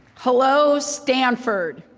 hello, stanford.